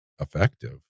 effective